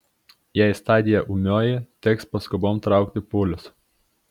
jei stadija ūmioji teks paskubom traukti pūlius